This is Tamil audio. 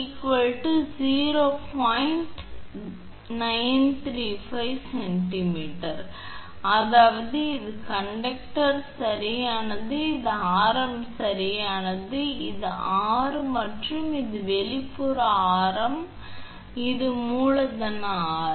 935 𝑐𝑚 அதாவது இது கண்டக்டர் சரியானது இது ஆரம் சரியானது இது R மற்றும் இது உங்கள் வெளிப்புற ஆரம் இது மூலதனம் ஆர்